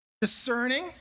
discerning